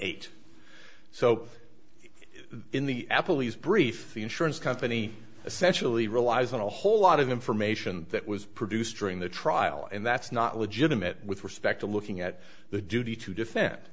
eight so in the apple these brief the insurance company essentially relies on a whole lot of information that was produced during the trial and that's not legitimate with respect to looking at the duty to defend